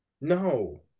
No